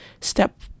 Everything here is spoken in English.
step